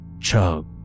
chug